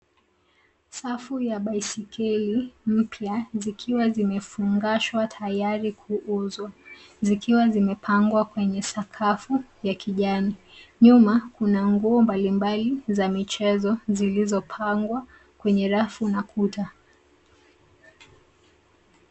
Safu ya baiskeli mpya zikiwa zimefungashwa tayari kuuzwa zikiwa zimepangwa kwenye sakafu ya kijani. Nyuma kuna nguo mbalimbali za michezo zilizopangwa kwenye rafu na kuta.